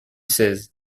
seize